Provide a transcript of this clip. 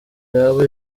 yaba